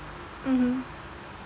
mmhmm